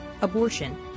abortion